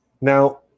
Now